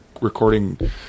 recording